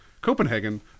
Copenhagen